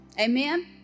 Amen